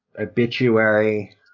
Obituary